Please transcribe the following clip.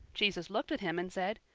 jesus looked at him, and said,